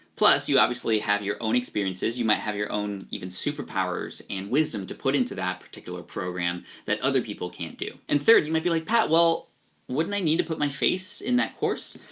plus, you obviously have your own experiences, you might have your own even super powers and wisdom to put into that particular program that other people can't do. and third, you might be like pat, well wouldn't i need to put my face in that course?